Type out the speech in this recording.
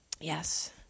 Yes